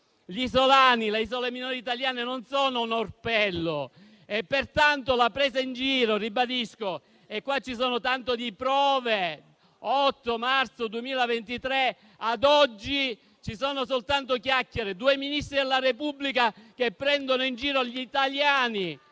Gli isolani, le isole minori italiane, non sono un orpello. È stata una presa in giro. E ci sono tanto di prove: dall'8 marzo 2023 ad oggi soltanto chiacchiere. Due Ministri della Repubblica che prendono in giro gli italiani.